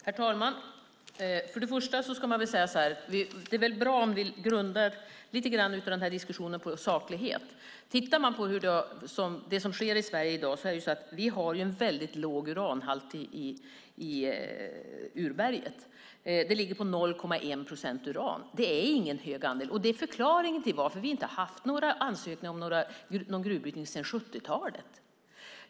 Herr talman! Det är bra om vi grundar diskussionen på saklighet. Sverige har en låg uranhalt i urberget. Den ligger på 0,1 procent. Det är förklaringen till varför vi inte har haft några ansökningar om uranbrytning sedan 70-talet.